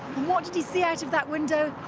what did he see out of that window?